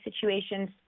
situations